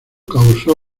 causó